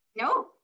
No